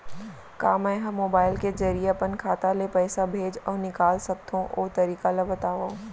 का मै ह मोबाइल के जरिए अपन खाता ले पइसा भेज अऊ निकाल सकथों, ओ तरीका ला बतावव?